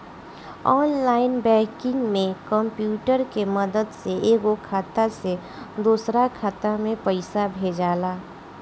online banking में computer के मदद से एगो खाता से दोसरा खाता में पइसा भेजाला